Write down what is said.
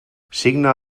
signà